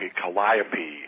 Calliope